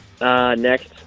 Next